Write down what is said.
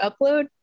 Upload